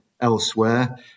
elsewhere